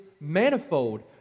manifold